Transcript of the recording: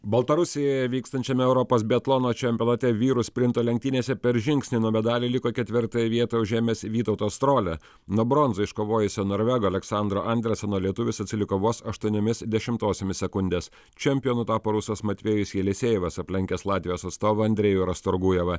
baltarusijoje vykstančiame europos biatlono čempionate vyrų sprinto lenktynėse per žingsnį nuo medalio liko ketvirtąją vietą užėmęs vytautas strolia nuo bronzą iškovojusio norvego aleksandro andersono lietuvis atsiliko vos aštuoniomis dešimtosiomis sekundės čempionu tapo rusas matviejus jelisiejevas aplenkęs latvijos atstovą andrejų rastorgujevą